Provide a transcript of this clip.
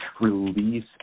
release